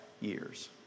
years